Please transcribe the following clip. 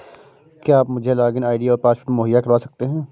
क्या आप मुझे लॉगिन आई.डी और पासवर्ड मुहैय्या करवा सकते हैं?